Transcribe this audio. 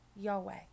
Yahweh